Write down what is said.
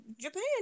Japan